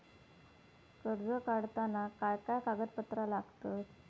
कर्ज काढताना काय काय कागदपत्रा लागतत?